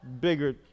bigger